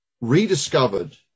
rediscovered